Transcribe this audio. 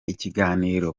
ikiganiro